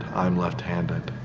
i'm left handed.